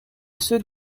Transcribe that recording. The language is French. ceux